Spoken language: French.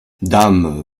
dame